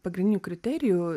pagrindinių kriterijų